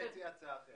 לא יהיה פתרון.